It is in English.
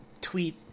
tweet